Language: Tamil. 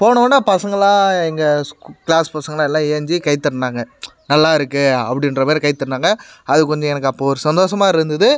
போனவொடனே பசங்கள்லாம் எங்கள் க்ளாஸ் பசங்கள்லாம் எல்லா ஏந்திச்சி கை தட்டினாங்க நல்லாயிருக்கு அப்படின்ற மாதிரி கை தட்டினாங்க அது கொஞ்சம் எனக்கு அப்போது ஒரு சந்தோஷமாக இருந்தது